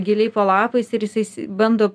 giliai po lapais ir jisai bando